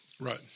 right